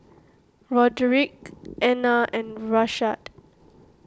Roderic Ena and Rashaad